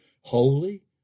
holy